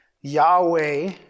Yahweh